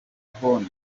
hon